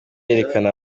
yerekanye